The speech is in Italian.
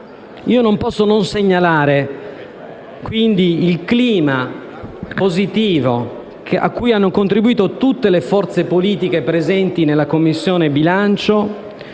Non posso non segnalare, quindi, il clima positivo a cui hanno contribuito tutte le forze politiche presenti nella Commissione bilancio,